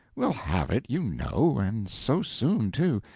we'll have it, you know and so soon, too.